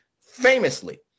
famously